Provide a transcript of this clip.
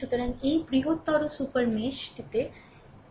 সুতরাং এই বৃহত্তর সুপার মেশ টি